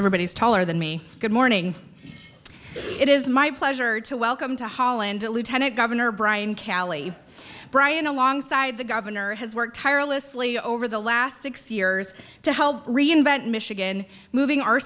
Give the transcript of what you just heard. everybody is taller than me good morning it is my pleasure to welcome to holland to lieutenant governor brian calley brian alongside the governor has worked tirelessly over the last six years to help reinvent michigan moving o